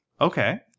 okay